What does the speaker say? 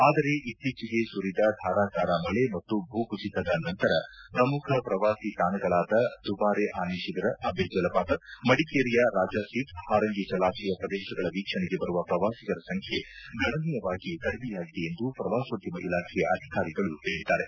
ಆದರೆ ಇತ್ತೀಚೆಗೆ ಸುರಿದ ಧಾರಾಕಾರ ಮಳೆ ಮತ್ತು ಭೂಕುಸಿತದ ನಂತರ ಪ್ರಮುಖ ಪ್ರವಾಸಿ ತಾಣಗಳಾದ ದುಬಾರೆ ಆನೆ ಶಿವಿರ ಅಬ್ಬೆ ಜಲಪಾತ ಮಡಿಕೇರಿಯ ರಾಜಾಸೀಟ್ ಪಾರಂಗಿ ಜಲಾಶಯ ಪ್ರದೇಶಗಳ ವೀಕ್ಷಣೆಗೆ ಬರುವ ಪ್ರವಾಸಿಗರ ಸಂಖ್ಯೆ ಗಣನೀಯವಾಗಿ ಕಡಿಮೆಯಾಗಿದೆ ಎಂದು ಪ್ರವಾಸೋದ್ಯಮ ಇಲಾಖೆಯ ಅಧಿಕಾರಿಗಳು ಹೇಳಿದ್ದಾರೆ